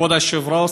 כבוד היושב-ראש,